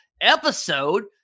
episode